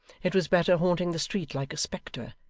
it was better haunting the street like a spectre,